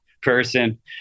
person